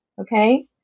okay